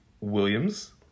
Williams